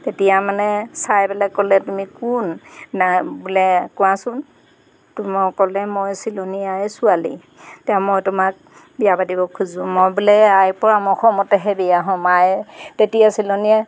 তেতিয়া মানে চাই পেলাই ক'লে তুমি কোন নাই বোলে কোৱাচোন তুমি ক'লে মই চিলনী আই ছোৱালী তে মই তোমাক বিয়া পাতিব খোজোঁ মই বোলে আই পৰামৰ্শমতেহে বিয়া হ'ম আয়ে তেতিয়া চিলনীয়ে